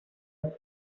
with